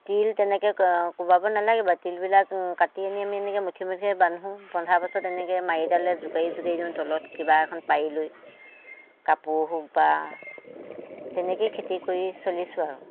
তিল তেনেকৈ কোবাব নালাগে বাৰু তিলবিলাক কাটি আনি আমি এনেকৈ মুঠি মুঠিকৈ বান্ধো বন্ধা পিছত এনেকৈ মাৰিদালে জোকাৰি জোকাৰি দিওঁ তলত কিবা এখন পাৰি লৈ কাপোৰ হওক বা তেনেকৈয়ে খেতি কৰি চলিছোঁ আৰু